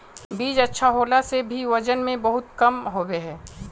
बीज अच्छा होला से भी वजन में बहुत कम होबे है?